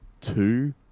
two